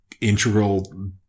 integral